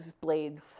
blades